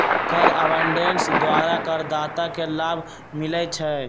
tax avoidance द्वारा करदाता के लाभ मिलइ छै